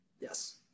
Yes